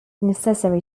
necessary